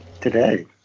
Today